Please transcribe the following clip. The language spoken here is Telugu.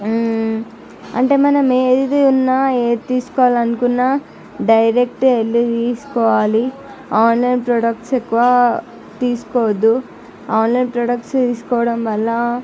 అంటే మనం ఏది ఉన్నా ఏది తీసుకోవాలనుకున్నా డైరెక్ట్ వెళ్ళి తీసుకోవాలి ఆన్లైన్ ప్రొడక్ట్స్ ఎక్కువ తీసుకోవద్దు ఆన్లైన్ ప్రొడక్ట్స్ ఎక్కువ తీసుకోవడం వల్ల